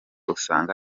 usanga